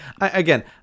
again